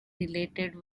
related